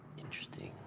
interesting.